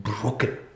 broken